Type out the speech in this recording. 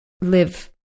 live